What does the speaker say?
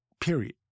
period